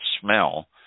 smell